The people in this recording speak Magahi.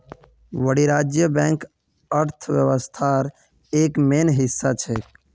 वाणिज्यिक बैंक अर्थव्यवस्थार एक मेन हिस्सा छेक